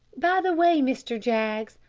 by the way, mr. jaggs,